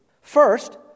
first